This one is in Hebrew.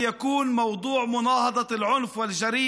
זה היה יום חשוב ונחלנו בו